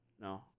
No